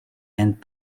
and